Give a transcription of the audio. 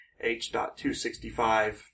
H.265